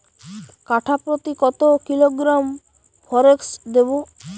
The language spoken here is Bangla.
কাঠাপ্রতি কত কিলোগ্রাম ফরেক্স দেবো?